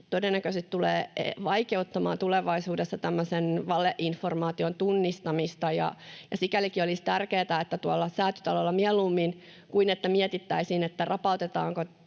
todennäköisesti tulevat vaikeuttamaan tulevaisuudessa tämmöisen valeinformaation tunnistamista, ja sikälikin olisi tärkeätä, että tuolla Säätytalolla mieluummin kuin mietittäisiin, vapautetaanko